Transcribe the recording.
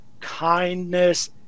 kindness